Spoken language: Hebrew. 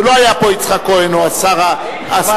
ולא היה פה יצחק כהן או השר המשיב,